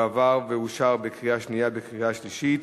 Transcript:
אושר בקריאה שנייה ובקריאה שלישית